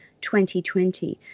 2020